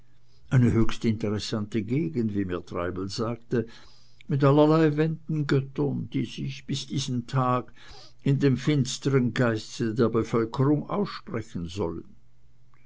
eine höchst interessante gegend wie mir treibel sagt mit allerlei wendengöttern die sich bis diesen tag in dem finsteren geiste der bevölkerung aussprechen sollen